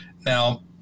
Now